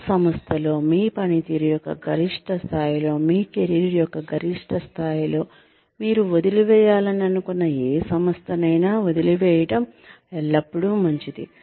ఆ సంస్థలో మీ పనితీరు యొక్క గరిష్టస్థాయిలో మీ కెరీర్ యొక్క గరిష్టస్థాయిలో మీరు వదిలివేయాలని అనుకున్న ఏ సంస్థనైనా వదిలివేయడం ఎల్లప్పుడూ మంచిది